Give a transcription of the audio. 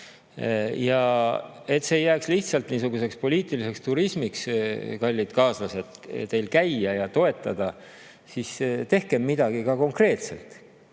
Et see ei jääks lihtsalt niisuguseks poliitiliseks turismiks, kallid kaaslased, et käite ja toetate, siis tehke ka midagi konkreetselt.